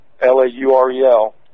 L-A-U-R-E-L